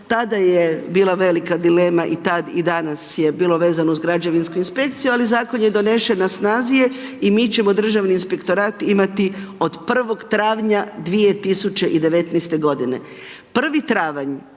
tada je bila velika dilema i tada i danas je bilo vezano uz građevinsku inspekcijama li zakon je donesen, na snazi je i mi ćemo Državni inspektorat imati od 1. travnja 2019. g. 1. travanj